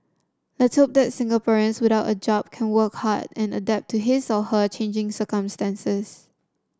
let's hope that Singaporeans without a job can work hard and adapt to his or her changing circumstances